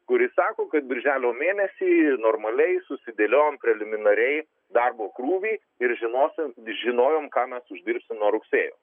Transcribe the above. kuris sako kad birželio mėnesį normaliai susidėliojom preliminariai darbo krūvį ir žinosim žinojom ką mes uždirbsim nuo rugsėjo